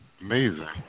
Amazing